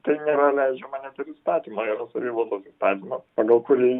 tai nėra leidžiama net ir įstatymo yra savivaldos įstatymas pagal kurį